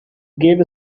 gave